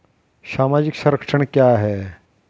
सामाजिक संरक्षण क्या है?